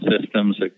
systems